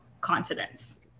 confidence